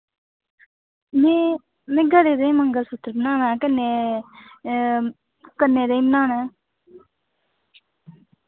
में में गले दे मंगलसूत्तर बनाना कन्नै कन्नें ताई ंबनाना